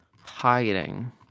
Hiding